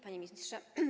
Panie Ministrze!